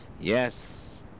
Yes